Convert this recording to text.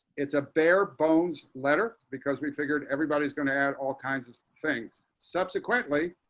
it's a bare bones letter because we figured, everybody's going to add all kinds of things. subsequently,